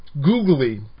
Googly